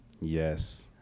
Yes